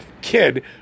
kid